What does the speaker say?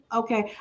okay